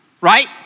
right